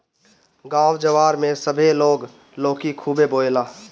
गांव जवार में सभे लोग लौकी खुबे बोएला